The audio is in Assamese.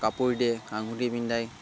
কাপোৰ দিয়ে আঙুঠি পিন্ধায়